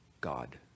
God